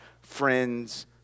friends